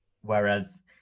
Whereas